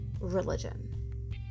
religion